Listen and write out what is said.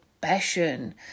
passion